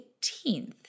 18th